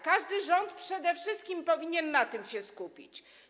Każdy rząd przede wszystkim powinien na tym się skupić.